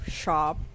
shop